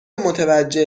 متوجه